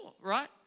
right